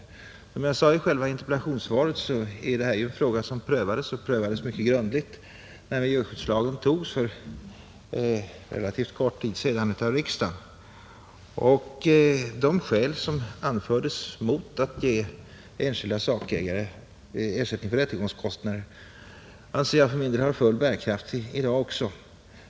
Men som jag sade i interpellationssvaret är ju detta en fråga som prövades och prövades mycket grundligt när miljöskyddslagen antogs för relativt kort tid sedan av riksdagen, och de skäl som anfördes mot att ge enskilda sakägare ersättning för rättegångskostnader anser jag för min del har full bärkraft i dag också.